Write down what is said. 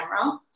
camera